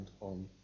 on